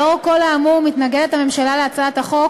לאור כל האמור מתנגדת הממשלה להצעת החוק